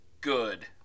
good